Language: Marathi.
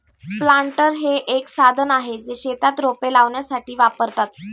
प्लांटर हे एक साधन आहे, जे शेतात रोपे लावण्यासाठी वापरतात